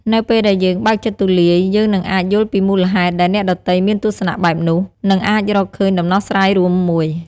នៅពេលដែលយើងបើកចិត្តទូលាយ យើងនឹងអាចយល់ពីមូលហេតុដែលអ្នកដទៃមានទស្សនៈបែបនោះ និងអាចរកឃើញដំណោះស្រាយរួមមួយ។